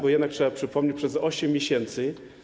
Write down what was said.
Bo jednak trzeba przypomnieć, że przez 8 miesięcy.